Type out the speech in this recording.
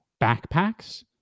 backpacks